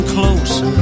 close